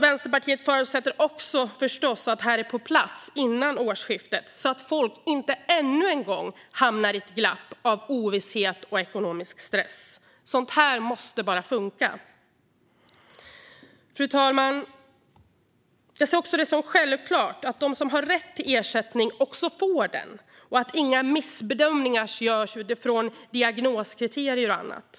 Vänsterpartiet förutsätter förstås att det här är på plats före årsskiftet, så att folk inte ännu en gång hamnar i ett glapp av ovisshet och ekonomisk stress. Sådant här måste bara funka. Fru talman! Jag ser det som självklart att de som har rätt till ersättningen också får den och att inga missbedömningar görs utifrån diagnoskriterier och annat.